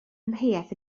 amheuaeth